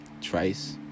Trice